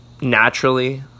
naturally